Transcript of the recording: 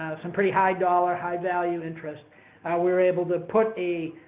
some pretty high-dollar, high-value interest. we were able to put a,